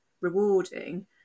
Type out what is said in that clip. rewarding